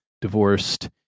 divorced